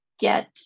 Get